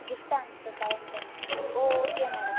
gift ஹாம்பர்ஸா எந்த ஓ ஓகே மேடம்